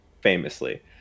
famously